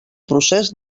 procés